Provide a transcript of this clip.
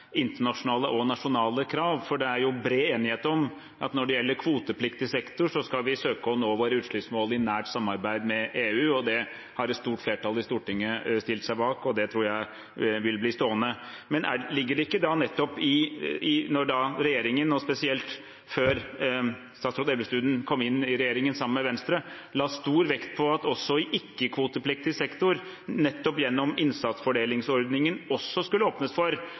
internasjonale og nasjonale krav, for det er jo bred enighet om at når det gjelder kvotepliktig sektor, skal vi søke å nå våre utslippsmål i nært samarbeid med EU. Det har et stort flertall i Stortinget stilt seg bak, og det tror jeg vil bli stående. Men ligger det ikke da nettopp i dette at man i regjeringen, spesielt før statsråd Elvestuen kom inn i regjeringen sammen med Venstre, la stor vekt på at det også i ikke-kvotepliktig sektor nettopp gjennom innsatsfordelingsordningen skulle åpnes for